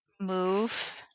move